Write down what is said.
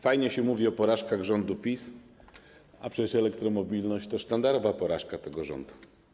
Fajnie się mówi o porażkach rządu PiS, a przecież elektromobilność to sztandarowa porażka tego rządu.